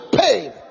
pain